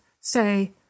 Say